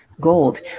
gold